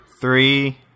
Three